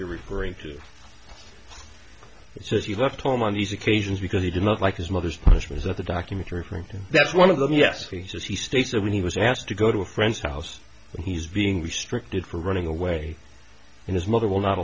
you're referring to so that he left home on these occasions because he did not like his mother's punishment that the documentary from that's one of them yes he says he states that when he was asked to go to a friend's house when he's being restricted for running away and his mother will not